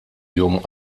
jum